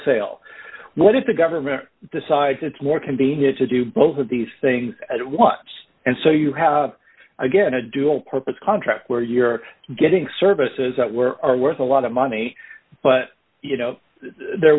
sale what if the government decides it's more convenient to do both of these things at once and so you have again a dual purpose contract where you're getting services that were are worth a lot of money but you know they're